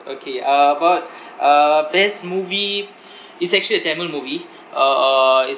okay uh about uh best movie it's actually a tamil movie uh uh it's